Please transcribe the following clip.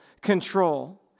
control